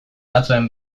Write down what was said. batzuen